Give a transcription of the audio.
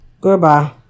Goodbye